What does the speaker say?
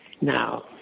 now